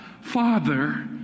father